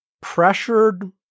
pressured